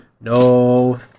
no